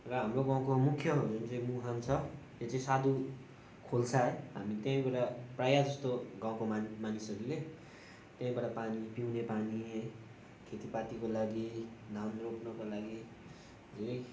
र हाम्रो गाउँको मुख्य जुन चाहिँ मुहान छ त्यो चाहिँ साधु खोल्सा है हामी त्यहीँबाट प्राय जस्तो गाउँको मानिसहरूले त्यहीँबाट पानी पिउने पानी है खेतिपातीको लागि धान रोप्नुको लागि धेरै